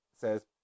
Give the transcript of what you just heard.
says